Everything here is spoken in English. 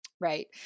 Right